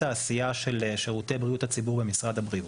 העשייה של שירותי בריאות הציבור במשרד הבריאות,